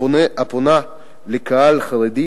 הפונה לקהל חרדי,